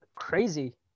crazy